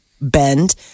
bend